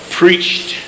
preached